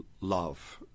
love